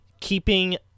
keeping